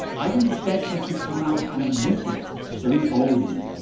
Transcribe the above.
i didn't expect her to come out and admit it so boldly.